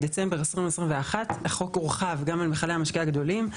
בדצמבר 2021 החוק הורחב גם על מכלי המשקה הגדולים.